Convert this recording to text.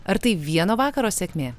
ar tai vieno vakaro sėkmė